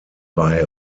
bei